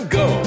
go